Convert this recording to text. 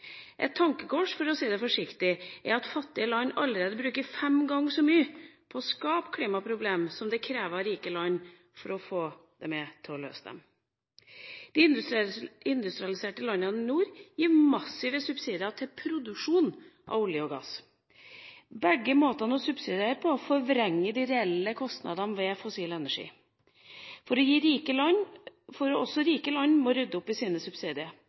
Et tankekors – for å si det forsiktig – er at fattige land allerede bruker fem ganger så mye på å skape klimaproblemer som det kreves av rike land for å få dem med på å løse dem. De industrialiserte landene i nord gir massive subsidier til produksjon av olje og gass. Begge måtene å subsidiere på forvrenger de reelle kostnadene ved fossil energi, for også rike land må rydde opp i sine subsidier.